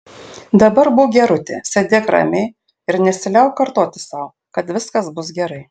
dabar būk gerutė sėdėk ramiai ir nesiliauk kartoti sau kad viskas bus gerai